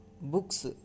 Books